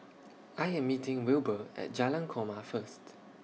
I Am meeting Wilbur At Jalan Korma First